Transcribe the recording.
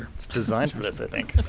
it's designed for this, i think.